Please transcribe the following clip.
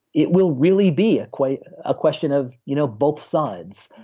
it will really be ah quite a question of you know both sides.